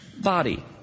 body